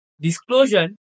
disclosure